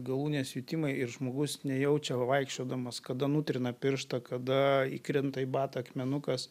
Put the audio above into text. galūnės jutimai ir žmogus nejaučia vaikščiodamas kada nutrina pirštą kada įkrenta į batą akmenukas